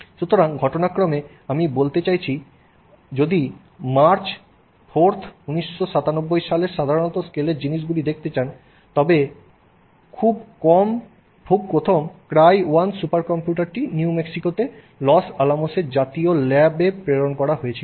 সুতরাং ঘটনাক্রমে আমি বলতে চাইছি আপনি যদি মার্চ 4 th1997 সালের সাধারণ স্কেলের জিনিসগুলি দেখতে চান তবে খুব প্রথম ক্রাই 1 সুপার কম্পিউটারটি নিউ মেক্সিকোতে লস আলামোসের জাতীয় ল্যাব প্রেরণ করা হয়েছিল